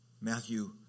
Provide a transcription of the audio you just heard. Matthew